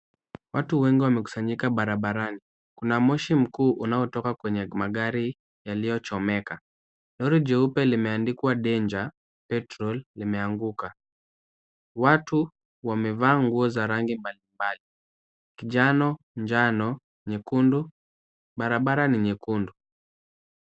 Watu wengi wamekusanyika barabarani. Kuna moshi mkuu unaotoka kwenye magari yaliyochomeka. Nuru jeupe limeandikwa danger petrol limeanguka. Watu wamevaa nguo za rangi mbalimbali; kijano, njano, nyekundu, barabara ni nyekundu.